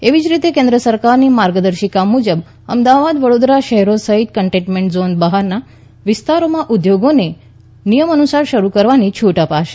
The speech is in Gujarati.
એવીજ રીતે કેન્દ્ર સરકારની માર્ગદર્શિકા મુજબ અમદાવાદવડોદરા શહેરો સહિત કન્ટેનમેન્ટ ઝોન બહારના વિસ્તારોમાં ઉદ્યોગોને નિયમાનુસાર શરૂ કરવાની છૂટ અપાશે